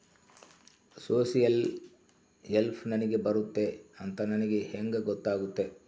Social help ನನಗೆ ಬರುತ್ತೆ ಅಂತ ನನಗೆ ಹೆಂಗ ಗೊತ್ತಾಗುತ್ತೆ?